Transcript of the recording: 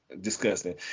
Disgusting